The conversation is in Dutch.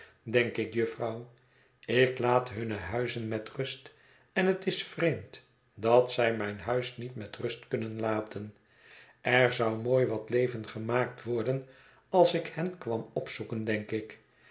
denk ik jufvrouw ik laat hunne huizen met rust en het is vreemd dat zij mijn huis niet met rust kunnen laten er zou mooi wat leven gemaakt worden als ik hen kwam opzoeken denk ik